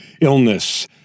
illness